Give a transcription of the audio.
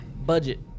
budget